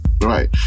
Right